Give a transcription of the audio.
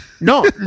no